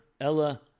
Ella